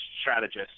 strategist